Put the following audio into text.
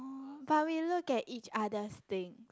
but we look at each other's thing